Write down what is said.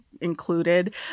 included